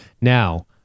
now